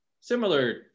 similar